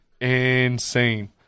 insane